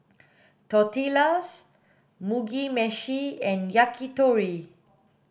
Tortillas Mugi meshi and Yakitori